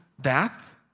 death